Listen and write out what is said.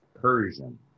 Persian